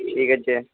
ঠিক আছে